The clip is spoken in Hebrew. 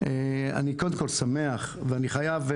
אני קודם כל שמח ואני חייב,